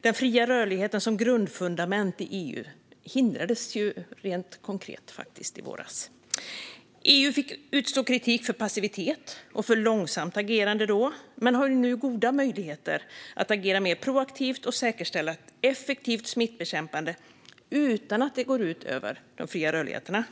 Den fria rörligheten som grundfundament i EU hindrades rent konkret i våras. EU fick utstå kritik för passivitet och för långsamt agerande men har nu goda möjligheter att agera mer proaktivt och säkerställa ett effektivt smittbekämpande utan att detta går ut över de fria rörligheterna